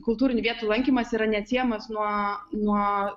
kultūrinių vietų lankymas yra neatsiejamas nuo nuo